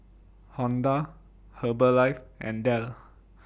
Honda Herbalife and Dell